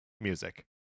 Music